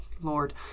Lord